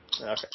Okay